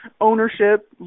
ownership